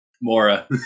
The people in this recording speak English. Mora